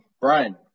Brian